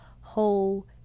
whole